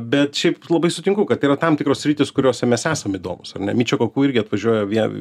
bet šiaip labai sutinku kad yra tam tikros sritys kuriose mes esam įdomūs ar ne mičio koku irgi atvažiuoja vien